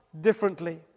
differently